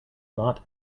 not